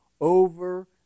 over